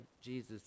Jesus